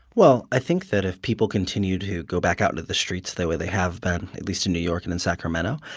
well, i think that if people continue to go back out into the streets the way they have been, at least in new york and in sacramento,